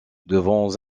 devant